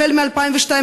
החל מ-2002,